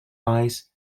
eyes